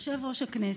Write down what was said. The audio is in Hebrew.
יושב-ראש הכנסת,